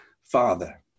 Father